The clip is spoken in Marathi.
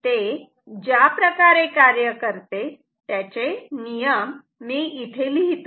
ते ज्या प्रकारे कार्य करते त्याचे नियम मी इथे लिहितो